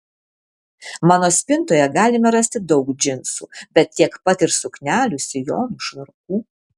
mano spintoje galime rasti daug džinsų bet tiek pat ir suknelių sijonų švarkų